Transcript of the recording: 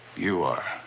you are.